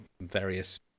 various